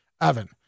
Evan